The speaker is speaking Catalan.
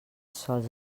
sols